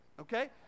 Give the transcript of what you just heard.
okay